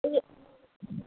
আপুনি